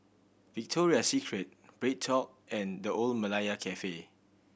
Victoria Secret BreadTalk and The Old Malaya Cafe